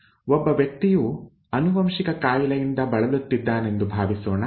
ಒಬ್ಬ ವ್ಯಕ್ತಿಯು ಆನುವಂಶಿಕ ಕಾಯಿಲೆಯಿಂದ ಬಳಲುತ್ತಿದ್ದಾನೆಂದು ಭಾವಿಸೋಣ